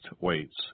weights